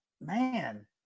man